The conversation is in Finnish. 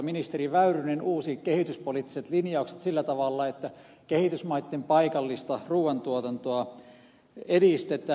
ministeri väyrynen uusi kehityspoliittiset linjaukset sillä tavalla että kehitysmaitten paikallista ruuantuotantoa edistetään